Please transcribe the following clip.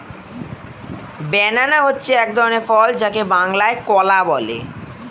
banana হচ্ছে এক ধরনের ফল যাকে বাংলায় কলা বলে